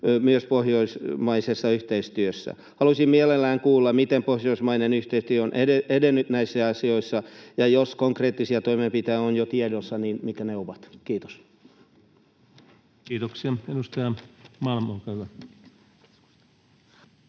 myös pohjoismaisessa yhteistyössä. Haluaisin mielellään kuulla, miten pohjoismainen yhteistyö on edennyt näissä asioissa, ja jos konkreettisia toimenpiteitä on jo tiedossa, niin mitkä ne ovat. — Kiitos. [Speech 172] Speaker: